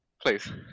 Please